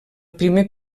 primer